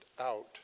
out